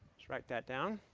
let's write that down.